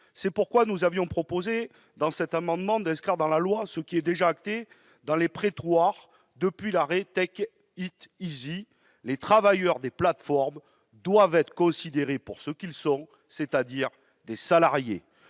C'est pourquoi nous avions proposé, avec cet amendement, d'inscrire dans la loi ce qui est déjà acté dans les prétoires depuis l'arrêt : les travailleurs des plateformes doivent être considérés pour ce qu'ils sont, c'est-à-dire des salariés.